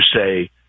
say